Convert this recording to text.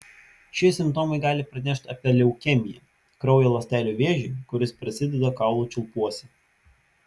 šie simptomai gali pranešti apie leukemiją kraujo ląstelių vėžį kuris prasideda kaulų čiulpuose